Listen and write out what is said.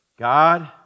God